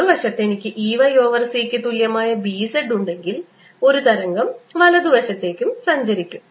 മറുവശത്ത് എനിക്ക് E y over c ക്ക് തുല്യമായ B z ഉണ്ടെങ്കിൽ ഒരു തരംഗം വലതുവശത്തേക്ക് സഞ്ചരിക്കും